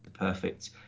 perfect